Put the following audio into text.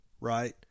right